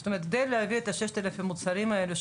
זאת אומרת כדי להביא את ה-6,000 מוצרים האלה,